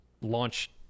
launch